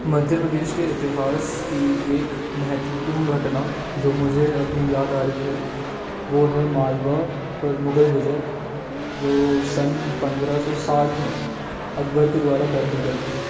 मध्य प्रदेश के इतिहास की एक महत्वपूर्ण घटना जो मुझे अभी याद आ रही है वह है मालवा पर मुगल विजय जो सन पंद्रह सौ साठ में अकबर के द्वारा कर ली गई थी